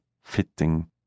fitting